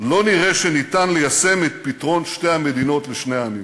לא נראה שניתן ליישם את פתרון שתי המדינות לשני עמים.